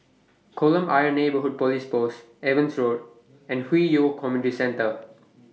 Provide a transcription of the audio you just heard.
Kolam Ayer Neighbourhood Police Post Evans Road and Hwi Yoh Community Centre